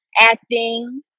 Acting